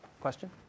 Question